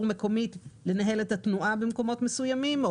מקומית לנהל את התנועה במקומות מסוימים.